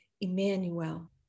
Emmanuel